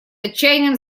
отчаянием